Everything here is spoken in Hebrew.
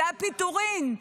הפיטורין.